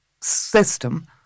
system